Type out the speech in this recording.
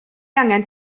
angen